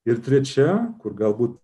ir trečia kur galbūt